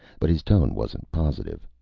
but his tone wasn't positive.